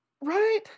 right